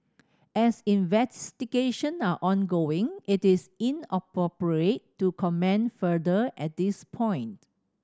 as investigations are ongoing it is inappropriate to comment further at this point